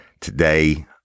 Today